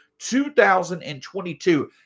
2022